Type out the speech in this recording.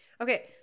Okay